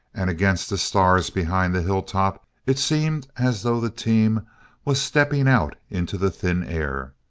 and against the stars behind the hilltop it seemed as though the team were stepping out into the thin air.